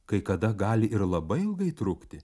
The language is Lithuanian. kai kada gali ir labai ilgai trukti